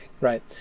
right